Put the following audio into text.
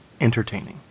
entertaining